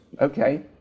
okay